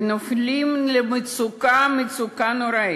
ונופלים למצוקה, מצוקה נוראית.